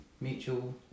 mutual